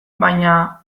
baina